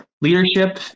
leadership